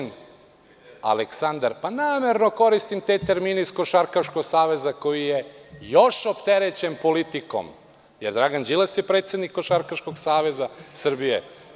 Namerno koristim te termine iz Košarkaškog saveza koji je još opterećen politikom, jer Dragan Đilas je predsednik Košarkaškog saveza Srbije.